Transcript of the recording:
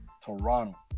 Toronto